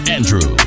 Andrew